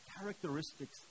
characteristics